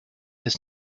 has